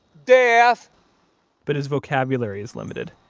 death but his vocabulary is limited.